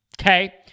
okay